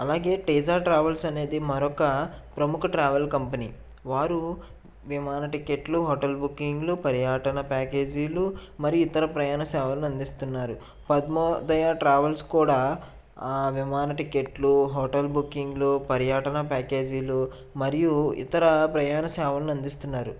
అలాగే తేజా ట్రావెల్స్ అనేది మరొక ప్రముఖ ట్రావెల్ కంపెనీ వారు విమాన టికెట్లు హోటల్ బుకింగ్లు పర్యా టన ప్యాకేజీలు మరి ఇతర ప్రయాణ సేవలు అందిస్తున్నారు పద్మోదయ ట్రావెల్స్ కూడా ఆ విమాన టికెట్లు హోటల్ బుకింగ్లు పర్యాటన ప్యాకేజీలు మరియు ఇతర ప్రయాణ సేవలను అందిస్తున్నారు